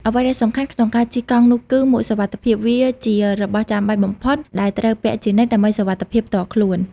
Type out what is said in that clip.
អ្វីដែលសំខាន់ក្នុងការជិះកង់នោះគឺ មួកសុវត្ថិភាព វាជារបស់ចាំបាច់បំផុតដែលត្រូវពាក់ជានិច្ចដើម្បីសុវត្ថិភាពផ្ទាល់ខ្លួន។